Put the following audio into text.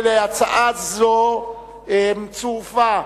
להצעה זאת צורפה,